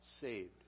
saved